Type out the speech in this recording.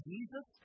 Jesus